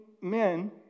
men